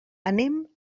anem